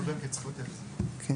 אנחנו